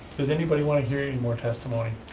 does anybody want to hear any more testimony?